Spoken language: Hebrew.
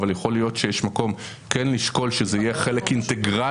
אבל יכול להיות שיש מקום כן לשקול שזה יהיה חלק אינטגרלי